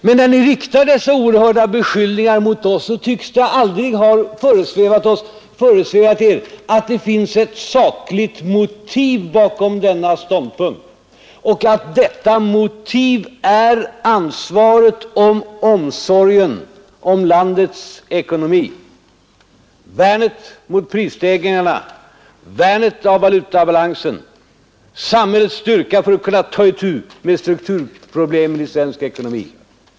Men när ni riktar dessa oerhörda beskyllningar mot oss, tycks det aldrig ha föresvävat er att det finns ett sakligt motiv bakom denna ståndpunkt och att detta motiv är ansvaret för och omsorgen om landets ekonomi, kampen mot prisstegringarna, värnandet av valutabalansen och samhällets styrka för att kunna ta itu med strukturproblemen i svensk ekonomi.